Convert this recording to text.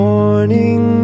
Morning